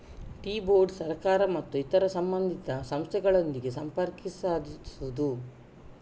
tea board ಸರ್ಕಾರ ಮತ್ತು ಇತರ ಸಂಬಂಧಿತ ಸಂಸ್ಥೆಗಳೊಂದಿಗೆ ಸಂಪರ್ಕ ಸಾಧಿಸುವುದು